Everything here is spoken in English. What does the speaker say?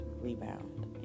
Rebound